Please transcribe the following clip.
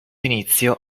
inizio